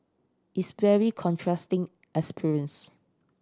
it's very contrasting experience